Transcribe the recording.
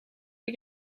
die